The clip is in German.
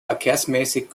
verkehrsmäßig